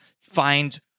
find